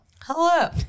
Hello